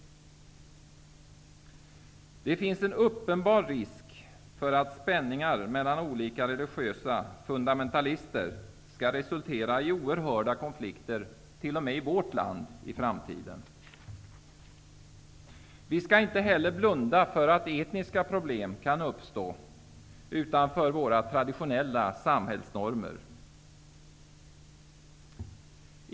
Det finns en uppenbar risk för att spänningar mellan olika religiösa fundamentalister skall resultera i oerhörda konflikter t.o.m. i vårt land i framtiden. Vi skall inte heller blunda för att etniska problem kan uppstå utanför våra traditionella samhällsnormer.